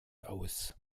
aus